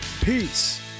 Peace